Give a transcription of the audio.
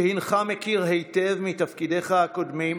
שהינך מכיר היטב מתפקידיך הקודמים,